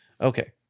okay